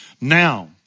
Now